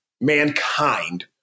mankind